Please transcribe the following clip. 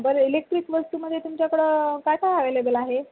बरं इलेक्ट्रिक वस्तूमध्ये तुमच्याकडं काय काय अवेलेबल आहे